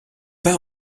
part